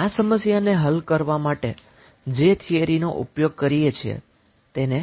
આ સમસ્યાને હલ કરવા માટે જે થીયરીનો ઉપયોગ કરીએ છીએ તેને